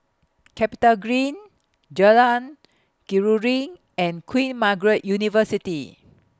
Capitagreen Jalan Keruing and Queen Margaret University